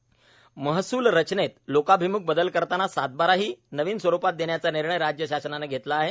यशोमती ठाक्र महसूल रचनेत लोकाभिम्ख बदल करताना सातबाराही नवीन स्वरूपात देण्याचा निर्णय राज्य शासनाने घेतला आहे